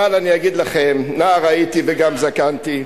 אבל אני אגיד לכם, נער הייתי וגם זקנתי,